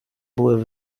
były